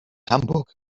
hamburg